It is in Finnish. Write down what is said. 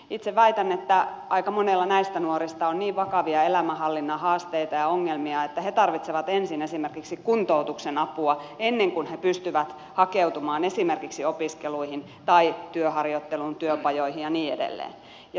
itse väitän että aika monella näistä nuorista on niin vakavia elämänhallinnan haasteita ja ongelmia että he tarvitsevat ensin esimerkiksi kuntoutuksen apua ennen kuin he pystyvät hakeutumaan esimerkiksi opiskeluihin tai työharjoitteluun työpajoihin ja niin edelleen